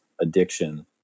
addiction